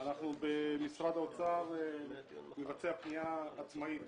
אנחנו במשרד האוצר נבצע פנייה עצמאית